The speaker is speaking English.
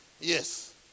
Yes